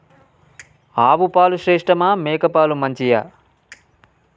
ఆవు పాలు శ్రేష్టమా మేక పాలు మంచియా?